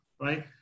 right